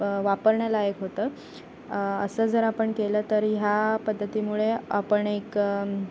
वापरण्यालायक होतं असं जर आपण केलं तर ह्या पद्धतीमुळे आपण एक